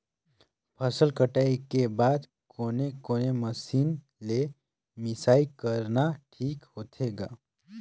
फसल कटाई के बाद कोने कोने मशीन ले मिसाई करना ठीक होथे ग?